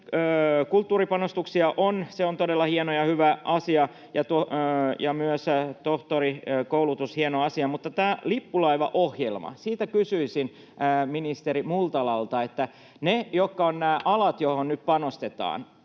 kulttuuripanostuksia, ja se on todella hieno ja hyvä asia. Myös tohtorikoulutus, hieno asia. Mutta tästä lippulaivaohjelmasta kysyisin ministeri Multalalta niistä aloista, joihin nyt panostetaan: